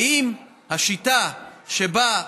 האם השיטה שבה,